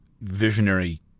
visionary